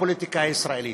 בפוליטיקה הישראלית,